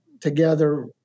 together